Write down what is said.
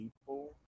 people